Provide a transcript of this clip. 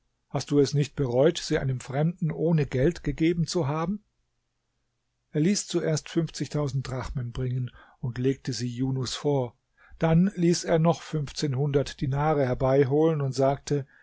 hast du es nicht bereut sie einem fremden ohne geld gegeben zu haben er ließ zuerst fünfzigtausend drachmen bringen und legte sie junus vor dann ließ er noch fünfzehnhundert dinare herbeiholen und sagte